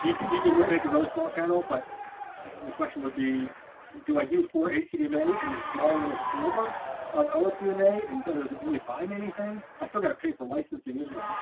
you can you can remake a really small channel but the question would be do i do for a tdm a and this small little sliver of ofdm a a and doesn't really buy me anything i still got to pay for licensing as well